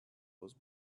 was